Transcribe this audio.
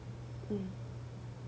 mm